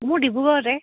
মোৰ ডিব্ৰুগড়তে